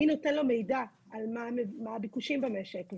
מי נותן לו מידע על מה הביקושים במשק.